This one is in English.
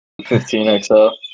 15XL